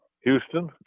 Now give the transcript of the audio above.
Houston